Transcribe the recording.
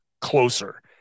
closer